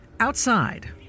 Outside